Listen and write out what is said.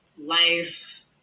life